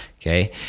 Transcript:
okay